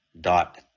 dot